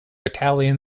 italian